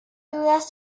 dudas